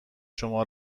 شما